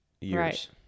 years